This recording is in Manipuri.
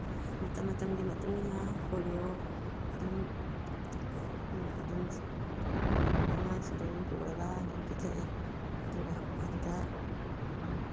ꯃꯇꯝ ꯃꯇꯝꯒꯤ ꯃꯇꯨꯡ ꯏꯟꯅ ꯄꯣꯂꯤꯋꯣ ꯑꯗꯨꯝ ꯑꯈꯣꯏꯅ ꯑꯗꯨꯝ ꯑꯉꯥꯡꯁꯤꯡꯗꯣ ꯑꯗꯨꯝ ꯄꯨꯔꯒ ꯑꯗꯨꯝ ꯄꯤꯊꯛꯏ ꯑꯗꯨꯒ ꯑꯗꯨꯗ